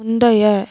முந்தைய